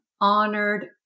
honored